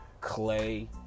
Clay